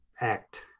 ACT